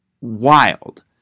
wild